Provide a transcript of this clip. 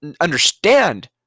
understand